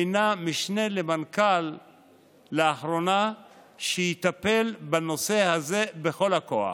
לאחרונה הוא מינה משנה למנכ"ל שיטפל בנושא הזה בכל הכוח,